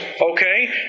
Okay